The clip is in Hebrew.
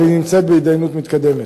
אבל היא נמצאת בהתדיינות מתקדמת.